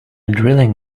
drilling